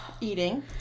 Eating